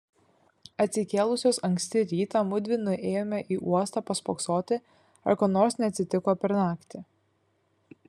atsikėlusios anksti rytą mudvi nuėjome į uostą paspoksoti ar ko nors neatsitiko per naktį